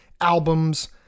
albums